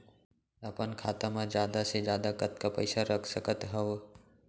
अपन खाता मा जादा से जादा कतका पइसा रख सकत हव?